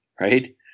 right